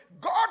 God